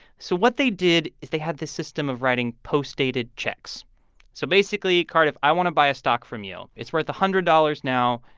so what they did is they had this system of writing postdated checks so basically, cardiff, i want to buy a stock from you. it's worth one hundred dollars now,